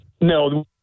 No